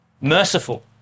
merciful